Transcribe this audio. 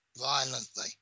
violently